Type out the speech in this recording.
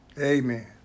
Amen